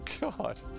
God